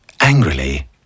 angrily